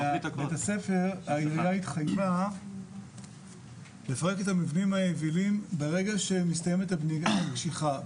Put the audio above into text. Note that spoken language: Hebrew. העיריה התחייבה לפרק את המבנים היבילים ברגע שמתקיימת הבנייה הקשיחה.